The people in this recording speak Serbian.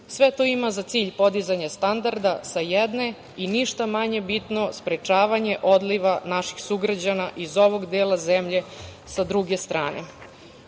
to ima za cilj podizanje standarda sa jedne i ništa manje bitno, sprečavanje odliva naših sugrađana iz ovog dela zemlje, sa druge